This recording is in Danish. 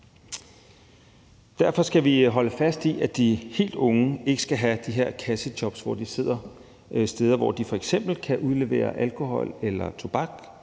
Derfor skal vi holde fast i, at de helt unge ikke skal have de her kassejobs, hvor de sidder steder, hvor de f.eks. kan udlevere alkohol eller tobak,